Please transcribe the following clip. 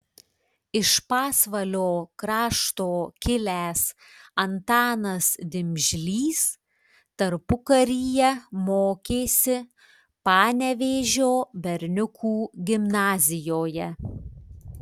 iš pasvalio krašto kilęs antanas dimžlys tarpukaryje mokėsi panevėžio berniukų gimnazijoje